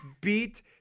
beat